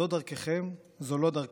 זו דרככם, זו לא דרכנו.